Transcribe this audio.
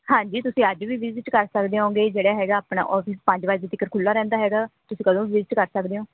ਹਾਂਜੀ ਤੁਸੀਂ ਅੱਜ ਵੀ ਵਿਜਿਟ ਕਰ ਸਕਦੇ ਹੋਗੇ ਜਿਹੜਾ ਹੈਗਾ ਆਪਣਾ ਔਫਿਸ ਪੰਜ ਵਜੇ ਤੱਕ ਖੁੱਲ੍ਹਾ ਰਹਿੰਦਾ ਹੈਗਾ ਤੁਸੀਂ ਕਦੋਂਵੀ ਵਿਜਿਟ ਕਰ ਸਕਦੇ ਹੋ